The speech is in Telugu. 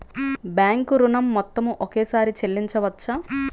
బ్యాంకు ఋణం మొత్తము ఒకేసారి చెల్లించవచ్చా?